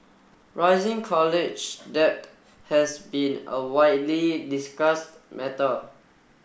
rising college debt has been a widely discussed matter